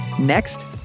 Next